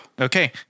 Okay